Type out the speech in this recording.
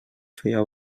feia